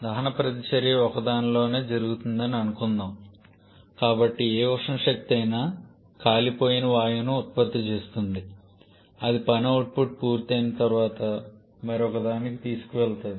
దహన ప్రతిచర్య ఒకదానిలోనే జరుగుతుందని అనుకుందాం కాబట్టి ఏ ఉష్ణ శక్తి అయినా కాలిపోయిన వాయువును ఉత్పత్తి చేస్తుంది అది పని అవుట్పుట్ పూర్తయిన తర్వాత మరొకదానికి తీసుకువెళుతుంది